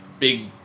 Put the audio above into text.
big